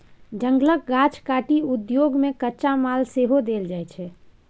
जंगलक गाछ काटि उद्योग केँ कच्चा माल सेहो देल जाइ छै